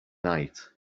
night